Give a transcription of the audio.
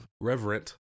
reverent